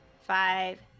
five